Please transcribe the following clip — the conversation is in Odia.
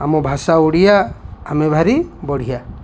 ଆମ ଭାଷା ଓଡ଼ିଆ ଆମେ ଭାରି ବଢ଼ିଆ